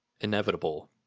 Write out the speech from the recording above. inevitable